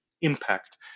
impact